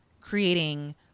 creating